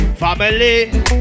Family